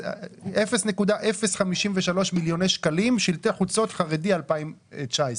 אז 0.53 מיליון שקלים זה לשלטי חוצות לחרדים ב-2019.